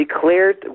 declared